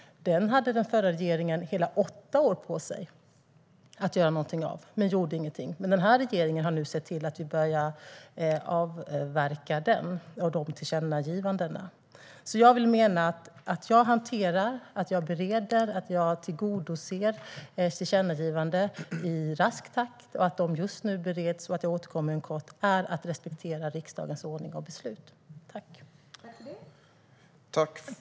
Den hade den förra regeringen hela åtta år på sig att göra någonting åt, men man gjorde ingenting. Den här regeringen har nu sett till att börja avverka tillkännagivanden. Jag hanterar, bereder och tillgodoser tillkännagivanden i rask takt och återkommer inom kort, och jag menar att detta är att respektera riksdagens ordning och beslut.